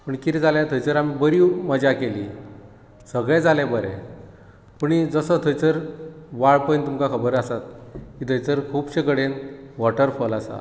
पूण कितें जालें थंयसर आमी बरी मजा केली सगळें जालें बरें पूण जसो थंयसर वाळपय तुमकां खबर आसा थंयसर खूबशे कडेन वॉटरफॉल आसा